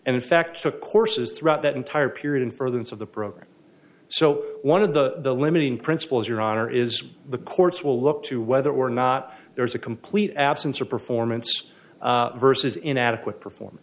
and in fact took courses throughout that entire period in furtherance of the program so one of the limiting principles your honor is the courts will look to whether or not there is a complete absence of performance versus inadequate perform